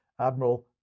admiral